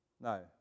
No